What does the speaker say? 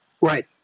Right